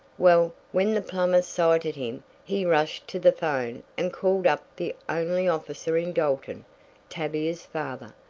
well, when the plumber sighted him he rushed to the phone and called up the only officer in dalton tavia's father,